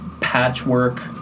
patchwork